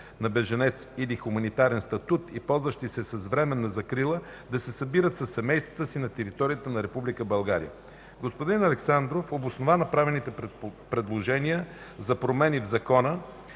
на бежанец или хуманитарен статут и ползващи се с временна закрила да се събират със семействата си на територията на Република България. Господин Александров обоснова направените предложения за промени в Закона,